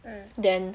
then